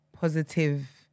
positive